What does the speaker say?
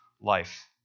life